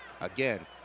Again